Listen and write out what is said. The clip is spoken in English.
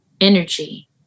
energy